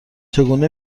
چگونه